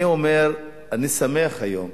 אני אומר: אני שמח היום.